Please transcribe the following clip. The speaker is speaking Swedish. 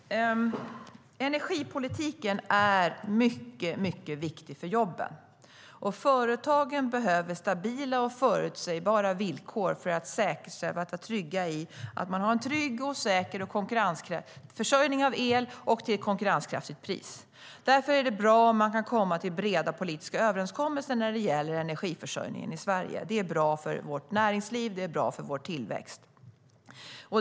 Herr talman! Energipolitiken är mycket viktig för jobben. Företagen behöver stabila och förutsägbara villkor för att säkerställa en trygg och säker försörjning av el till ett konkurrenskraftigt pris. Därför är det bra om man kan komma till breda politiska överenskommelser när det gäller energiförsörjningen i Sverige. Det är bra för vårt näringsliv, och det är bra för vår tillväxt.